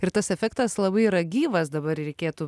ir tas efektas labai yra gyvas dabar reikėtų